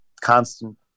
constant